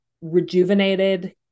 rejuvenated